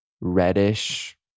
reddish